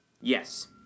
Yes